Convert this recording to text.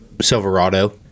Silverado